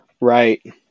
Right